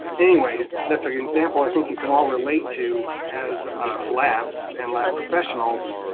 anyway, that's an example i think you can all relate to, as labs and lab professionals.